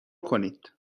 کنید